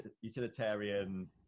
utilitarian